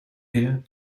here